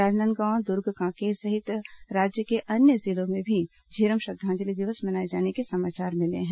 राजनांदगांव दुर्ग कांकेर सहित राज्य के अन्य जिलों में भी झीरम श्रद्वांजलि दिवस मनाए जाने के समाचार मिले हैं